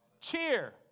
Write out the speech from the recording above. cheer